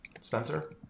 Spencer